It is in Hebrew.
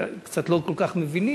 קצת לא כל כך מבינים: